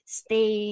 stay